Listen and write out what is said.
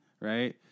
right